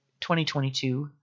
2022